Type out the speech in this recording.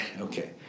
okay